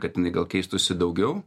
kad jinai gal keistųsi daugiau